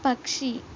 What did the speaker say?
పక్షి